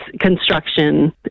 construction